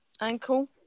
ankle